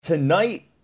tonight